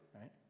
right